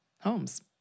homes